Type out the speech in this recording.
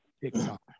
TikTok